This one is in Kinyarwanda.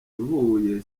duhuye